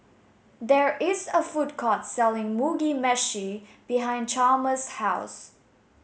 there is a food court selling Mugi Meshi behind Chalmer's house